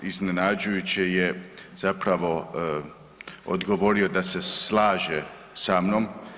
Iznenađujuće je zapravo odgovorio da se slaže sa mnom.